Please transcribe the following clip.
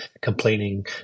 complaining